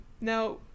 Now